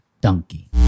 Donkey